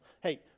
Hey